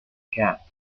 cat